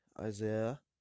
Isaiah